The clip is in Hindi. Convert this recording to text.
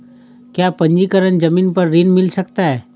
क्या पंजीकरण ज़मीन पर ऋण मिल सकता है?